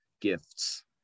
gifts